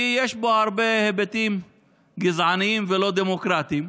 כי יש בו הרבה היבטים גזעניים ולא דמוקרטיים,